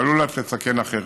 והוא עלול אף לסכן אחרים.